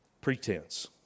pretense